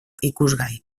ikusgai